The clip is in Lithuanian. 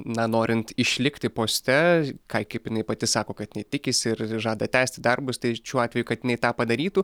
na norint išlikti poste ką kaip jinai pati sako kad jinai tikisi ir žada tęsti darbus tai šiuo atveju kad jinai tą padarytų